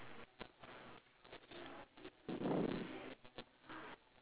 then next thing what else is the difference we have eleven already